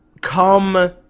come